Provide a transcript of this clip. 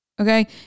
okay